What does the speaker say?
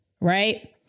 right